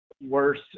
worse